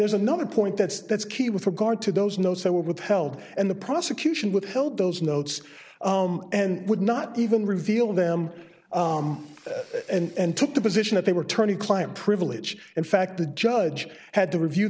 there's another point that's that's key with regard to those notes that were withheld and the prosecution withheld those notes and would not even reveal them and took the position that they were turning client privilege in fact the judge had to review